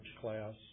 class